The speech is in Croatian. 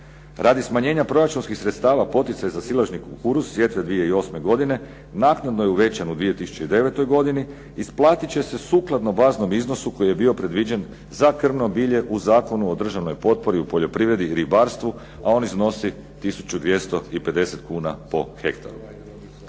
Radi smanjenja proračunskih sredstava poticaj za silažni kukuruz sjetve 2008. godine naknadno je uvećan u 2009. godini isplatit će se sukladno baznom iznosu koji je bio predviđen za krmno bilje u Zakonu o državnoj potpori u poljoprivredi i ribarstvu a on iznosi 1250 kuna po hektaru.